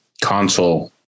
console